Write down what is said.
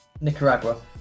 Nicaragua